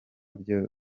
byo